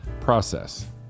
process